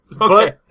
Okay